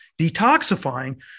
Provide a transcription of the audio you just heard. detoxifying